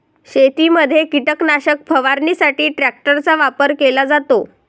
शेतीमध्ये कीटकनाशक फवारणीसाठी ट्रॅक्टरचा वापर केला जातो